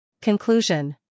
Conclusion